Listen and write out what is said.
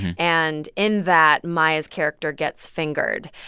and in that, maya's character gets fingered.